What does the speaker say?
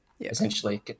essentially